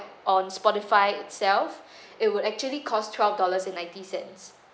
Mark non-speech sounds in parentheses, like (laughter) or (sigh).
on spotify itself (breath) it would actually cost twelve dollars and ninety cents